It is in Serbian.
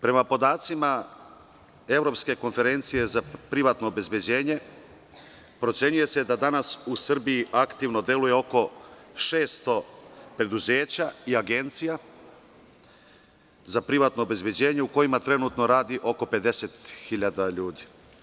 Prema podacima Evropske konferencije za privatno obezbeđenje, procenjuje se da danas u Srbiji deluje aktivno oko 600 preduzeća i agencija za privatno obezbeđenje, gde trenutno radi oko 50.000 ljudi.